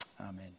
amen